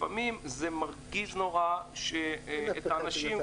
לפעמים זה מרגיש נורא שאת האנשים,